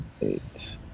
Eight